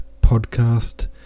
podcast